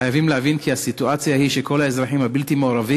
חייבים להבין כי הסיטואציה היא שכל האזרחים הבלתי-מעורבים